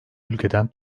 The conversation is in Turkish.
ülkeden